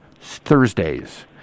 Thursdays